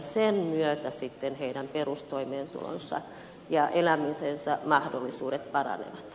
sen myötä sitten heidän perustoimeentulonsa ja elämisensä mahdollisuudet paranevat